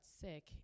sick